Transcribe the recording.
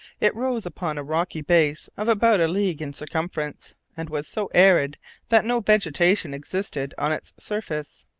it rose upon a rocky base of about a league in circumference, and was so arid that no vegetation existed on its surface.